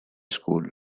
school